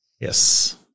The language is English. Yes